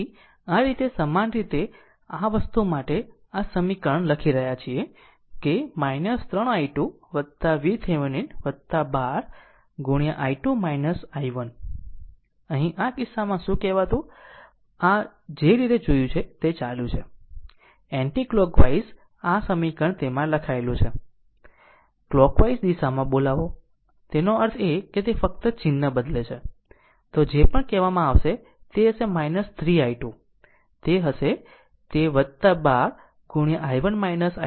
તેથી આ રીતે સમાન રીતે આ વસ્તુ માટે આ સમીકરણ લખી રહ્યાં છીએ કે 3 i2 VThevenin 12 i2 i1 અહીં આ કિસ્સામાં શું કહેવાતું જે રીતે જોયું તે ચાલ્યું છે - એન્ટિકલોકવાઇઝ આ સમીકરણ તેમાં લખાયેલું છે કલોકવાઈઝ દિશામાં બોલાવો તેનો અર્થ એ કે ફક્ત ચિહ્ન બદલો તો જે પણ કહેવામાં આવશે તે હશે 3 i2 તે હશે તે 12 i1 i2 0 હશે